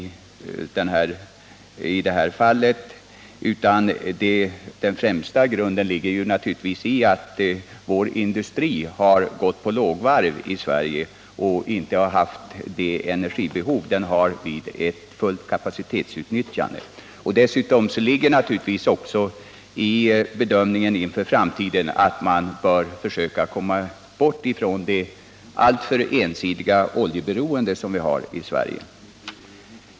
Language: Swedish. Den främsta orsaken är naturligtvis att vår industri har gått på lågvarv och inte haft det energibehov som den har vid fullt kapacitetsutnyttjande. I bedömningen inför framtiden ligger naturligtvis också att man bör försöka komma bort ifrån det alltför ensidiga oljeberoende som vi har i Sverige.